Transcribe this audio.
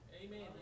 Amen